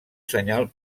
senyal